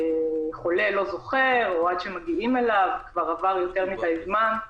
שהחולה לא זוכר או שעד שמגיעים אליו כבר עבר יותר מדי זמן.